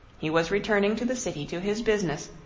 he was returning to the city to his business,